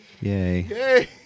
Yay